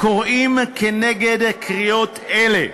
הקוראים כנגד קריאות אלה,